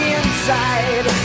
inside